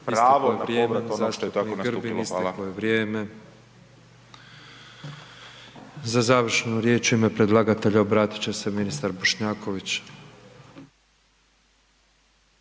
isteklo je vrijeme. Za završnu riječ u ime predlagatelja obratit će se ministar Bošnjaković.